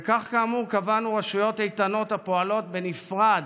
וכך כאמור קבענו רשויות איתנות הפועלות בנפרד,